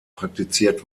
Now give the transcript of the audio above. praktiziert